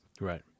Right